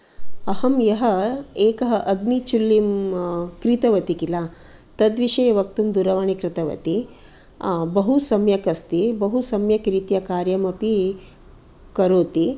अहं यः एकः अग्निचुल्लीं क्रीतवती खिल तद्विषये वक्तुं दूरवाणीं कृतवती बहु सम्यक् अस्ति बहु सम्यक् रीत्या कार्यमपि करोति